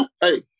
Hey